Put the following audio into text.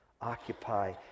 occupy